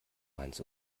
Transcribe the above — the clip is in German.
mainz